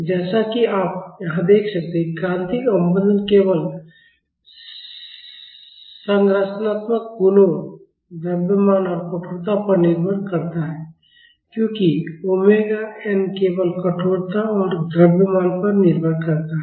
और जैसा कि आप यहां देख सकते हैं कि क्रांतिक अवमंदन केवल संरचनात्मक गुणों द्रव्यमान और कठोरता पर निर्भर करता है क्योंकि ओमेगा एन केवल कठोरता और द्रव्यमान पर निर्भर करता है